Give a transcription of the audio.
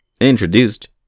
introduced